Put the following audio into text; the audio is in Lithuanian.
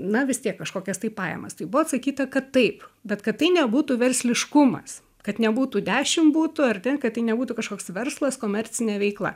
na vis tiek kažkokias tai pajamas tai buvo atsakyta kad taip bet kad tai nebūtų versliškumas kad nebūtų dešim butų ar ten kad tai nebūtų kažkoks verslas komercinė veikla